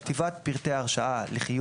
באמצעות כתיבת פרטי בקשת ההרשאה לחיוב